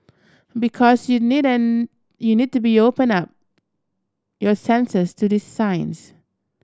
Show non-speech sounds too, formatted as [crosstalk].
because you'd [unintelligible] you need to open up your senses to these signs